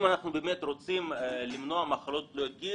אם אנחנו באמת רוצים למנוע מחלות גיל